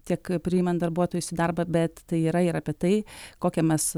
tiek priimant darbuotojus į darbą bet tai yra ir apie tai kokią mes